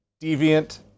Deviant